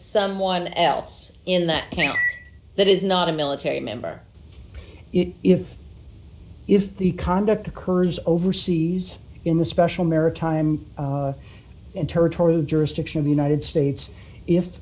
someone else in that that is not a military member if if the conduct occurs overseas in the special maritime and territorial jurisdiction of the united states if